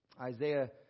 Isaiah